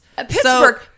Pittsburgh